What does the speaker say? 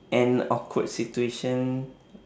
an awkward situation